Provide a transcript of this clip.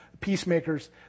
Peacemakers